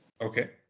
Okay